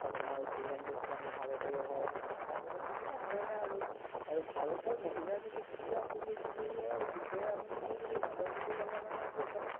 আপোনাৰ ঝোলন গোস্বামী ভাৰতৰে হয় তাৰপিছত এনেকুৱা ধৰণে আৰু আৰু ভাৰতৰ মহিলাৰ বাবে ক্ৰীড়াৰ সুযোগবোৰৰ বিষয়ে আপুনি কি বুলি ভাবে বুলি ক'লে মানে এতিয়া আপুনি চাব